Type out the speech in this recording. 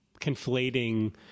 conflating